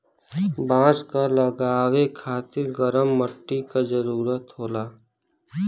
बांस क लगावे खातिर गरम मट्टी क जरूरत होला